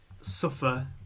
Suffer